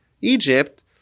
Egypt